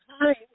Hi